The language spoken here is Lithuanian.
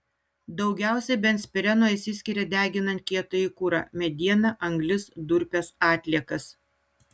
daugiausiai benzpireno išsiskiria deginant kietąjį kurą medieną anglis durpes atliekas